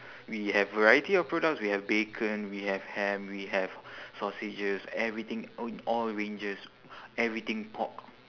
we have variety of products we have bacon we have ham we have sausages everything a~ all ranges everything pork